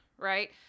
right